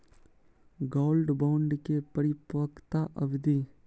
Gold bond के परिपक्वता अवधि?